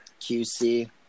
QC